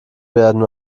werden